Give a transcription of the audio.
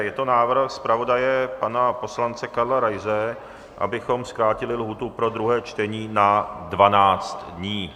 Je to návrh zpravodaje pana poslance Karla Raise, abychom zkrátili lhůtu pro druhé čtení na 12 dní.